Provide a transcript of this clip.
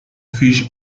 phish